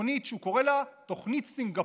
תוכנית שהוא קורא לה "תוכנית סינגפור".